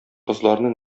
кызларны